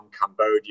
Cambodia